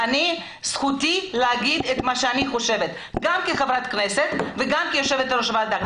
זכותי להגיד את מה שאני חושבת גם כחברת כנסת וגם כיושבת-ראש ועדה.